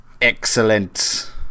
Excellent